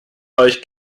euch